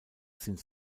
sind